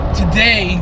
today